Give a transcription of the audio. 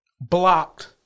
blocked